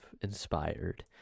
inspired